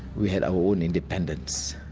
we had our own independence